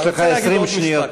אני רוצה להגיד עוד משפט.